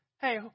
Hey